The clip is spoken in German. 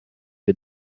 mit